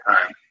time